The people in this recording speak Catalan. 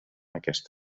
aquesta